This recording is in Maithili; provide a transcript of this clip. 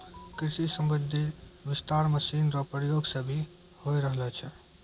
कृषि संबंधी विस्तार मशीन रो प्रयोग से भी होय रहलो छै